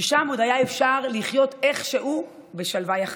ששם עוד היה אפשר לחיות איכשהו בשלווה יחסית.